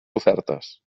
ofertes